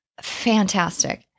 fantastic